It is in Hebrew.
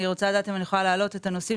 אני רוצה לדעת אם יכולה להעלות את הנושאים